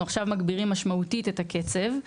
עכשיו מגבירים את הקצב בצורה משמעותית.